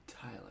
Tyler